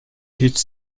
hiç